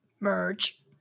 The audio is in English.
merge